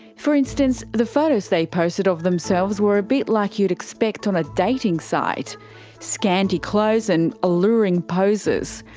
for instance, the photos they posted of themselves were a bit like you'd expect on a dating site scanty clothes and alluring poses.